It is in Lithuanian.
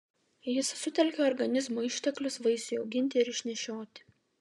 jis sutelkia organizmo išteklius vaisiui auginti ir išnešioti